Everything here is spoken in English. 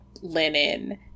linen